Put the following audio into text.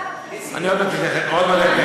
אני עוד מעט אתייחס לזה.